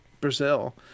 Brazil